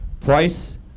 Price